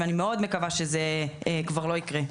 ואני מאוד מקווה שזה כבר לא יקרה.